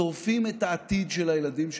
שורפים את העתיד של הילדים שלנו.